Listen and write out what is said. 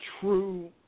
true